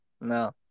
No